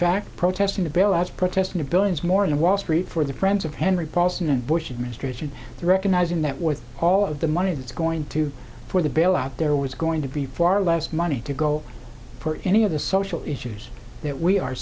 fact protesting the bailouts protesting the billions more in wall street for the friends of henry paulson and bush administration recognizing that with all of the money that's going to for the bailout there was going to be far less money to go for any of the social issues that we are